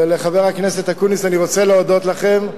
וחבר הכנסת אקוניס, אני רוצה להודות לכם.